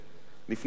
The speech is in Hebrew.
לפני התיקון,